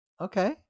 Okay